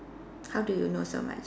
how do you know so much